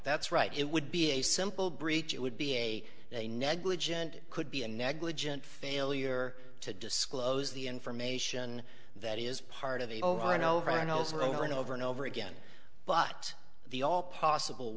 that's right it would be a simple breach it would be a they negligent could be a negligent failure to disclose the information that is part of the over and over and over over and over and over again but the all possible